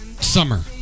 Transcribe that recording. summer